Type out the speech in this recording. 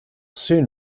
soon